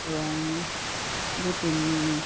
ৰং বহুত তিন